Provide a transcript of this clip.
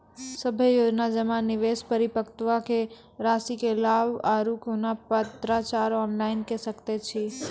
सभे योजना जमा, निवेश, परिपक्वता रासि के लाभ आर कुनू पत्राचार ऑनलाइन के सकैत छी?